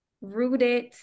rooted